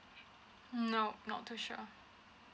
nope not too sure